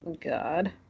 God